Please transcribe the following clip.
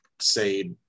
say